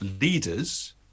leaders